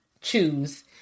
choose